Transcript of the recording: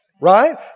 Right